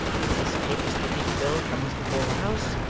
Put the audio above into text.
when this papist relief bill comes before the house,